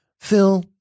Phil